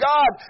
God